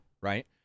Right